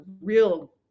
real